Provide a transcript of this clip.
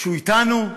שהוא אתנו,